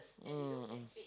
mm mm